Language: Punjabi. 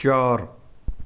ਚਾਰ